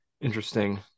interesting